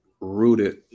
rooted